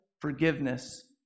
forgiveness